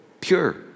Pure